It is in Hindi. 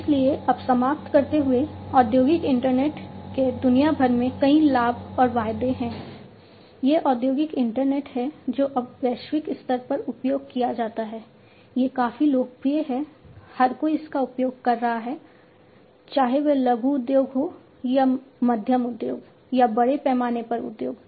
इसलिए अब समाप्त करते हुए औद्योगिक इंटरनेट के दुनिया भर में कई लाभ और वादे हैं यह औद्योगिक इंटरनेट है जो अब वैश्विक स्तर पर उपयोग किया जाता है यह काफी लोकप्रिय है हर कोई इसका उपयोग कर रहा है चाहे वह लघु उद्योग हो या मध्यम उद्योग या बड़े पैमाने पर उद्योग